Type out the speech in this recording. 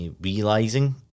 realizing